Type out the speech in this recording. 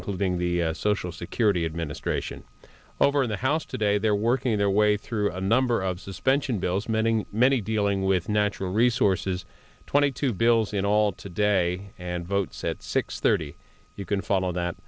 including the social security administration over in the house today they're working their way through a number of suspension bills mending many dealing with natural resources twenty two bills in all today and votes at six thirty you can follow that